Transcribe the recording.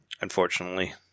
unfortunately